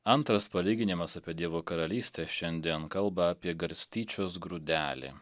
antras palyginimas apie dievo karalystę šiandien kalba apie garstyčios grūdelį